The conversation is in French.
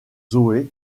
zoe